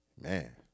Man